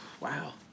Wow